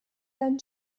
then